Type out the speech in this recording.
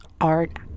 art